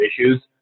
issues